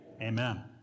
Amen